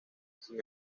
sin